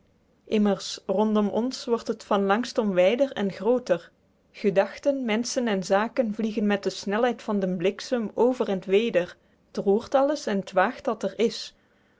immers rondom ons wordt het van langst om wyder en grooter gedachten menschen en zaken vliegen met de snelheid van den bliksem over end weder t roert alles en t waegt dat er is